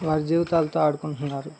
వారి జీవితాలతో ఆడుకుంటున్నారు